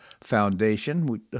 Foundation